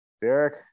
Derek